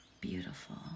Beautiful